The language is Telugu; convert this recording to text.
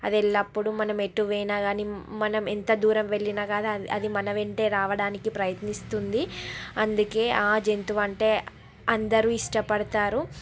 అది ఎల్లప్పుడూ మనం ఎటు పోయిన కానీ మనం ఎంత దూరం వెళ్ళిన కానీ అది మన వెంటే రావడానికి ప్రయత్నిస్తుంది అందుకే ఆ జంతువు అంటే అందరూ ఇష్టపడుతారు